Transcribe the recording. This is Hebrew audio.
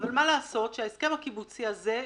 אבל מה לעשות שההסכם הקיבוצי הזה,